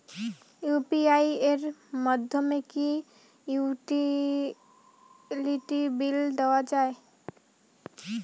UPI এর মাধ্যমে কি ইউটিলিটি বিল দেওয়া যায়?